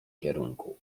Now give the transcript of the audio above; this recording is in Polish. kierunku